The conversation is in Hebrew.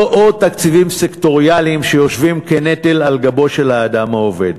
לא עוד תקציבים סקטוריאליים שיושבים כנטל על גבו של האדם העובד,